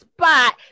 spot